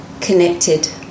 connected